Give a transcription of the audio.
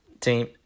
team